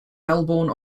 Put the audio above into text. melbourne